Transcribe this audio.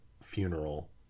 funeral